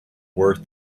worth